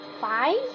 Five